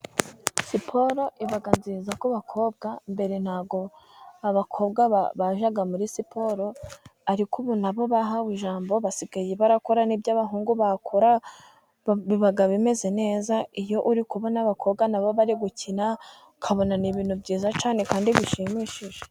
Siporo iba nziza ku bakobwa，mbere ntabwo abakobwa bajyaga muri siporo. Ariko ubu nabo bahawe ijambo， basigaye barakora nk'ibyo abahungu bakora， biba bimeze neza， iyo uri kubona n'abakobwa nabo bari gukina， ukabona ni ibintu byiza cyane， kandi bishimishije.